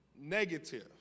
negative